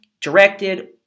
directed